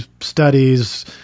studies